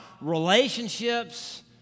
relationships